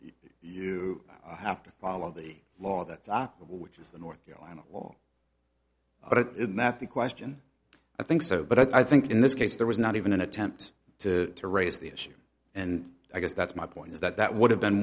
you have to follow the law that's operable which is the north carolina law but it is not the question i think so but i think in this case there was not even an attempt to raise the issue and i guess that's my point is that that would have been